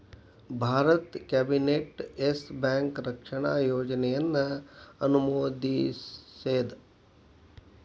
ಭಾರತದ್ cabinet Yes Bank ರಕ್ಷಣಾ ಯೋಜನೆಯನ್ನ ಅನುಮೋದಿಸೇದ್